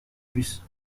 bus